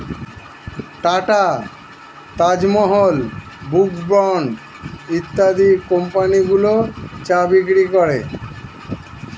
tata, Taj Mahal, Brooke Bond ইত্যাদি কোম্পানিগুলো চা বিক্রি করে